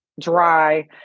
dry